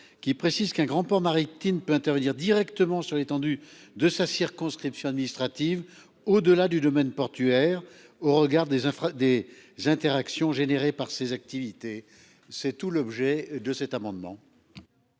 qui précise qu'un grand port maritime peut intervenir directement sur l'étendue de sa circonscription administrative au delà du domaine portuaire au regard des des interactions générée par ses activités. C'est tout l'objet de cet amendement.